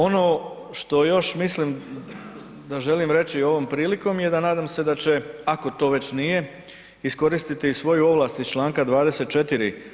Ono što još mislim da želim reći ovom prilikom je da nadam se da će ako to već nije iskoristiti i svoju ovlast iz članka 24.